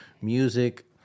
music